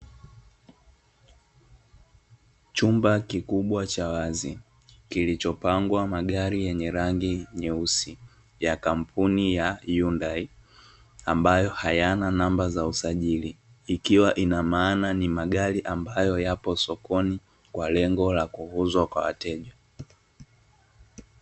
Chumba kikubwa cha wazi, kilichopangwa magari yenye rangi nyeusi ya kampuni ya "Hyundai", yakiwa hayana namba za usajiri, ikiwa ni magari yaliyo sokoni yakiwa yanauzwa kwa ajili ya wateja.